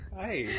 Hi